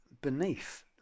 beneath